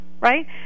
right